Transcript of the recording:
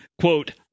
quote